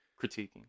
critiquing